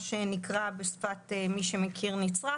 מה שנקרא בשפה המקצועית "נצרך",